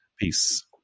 Peace